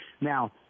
Now